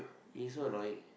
he is so annoying